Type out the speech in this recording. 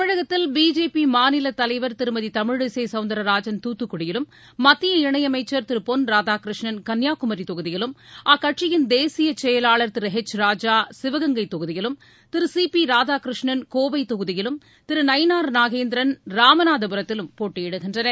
தமிழகத்தில் பிஜேபி மாநில தலைவர் திருமதி தமிழிசை சவுந்தரராஜன் தூத்துக்குடியிலும் மத்திய இணையமைச்சர் திரு பொன் ராதாகிருஷ்ணன் கன்னியாகுமரி தொகுதியிலும் அக்கட்சியின் தேசிய செயலாளர் திரு எச் ராஜா சிவகங்கை தொகுதியிலும் திரு சி பி ராதாகிருஷ்ணன் கோவை தொகுதியிலும் திரு நயினார் நாகேந்திரன் ராமநாதபுரத்திலும் போட்டியிடுகின்றனர்